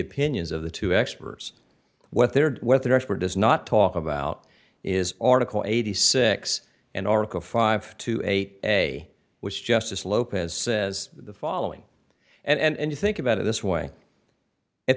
opinions of the two experts what they're worth their expert does not talk about is article eighty six and article five to eight a which justice lopez says the following and you think about it this way at